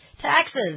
Taxes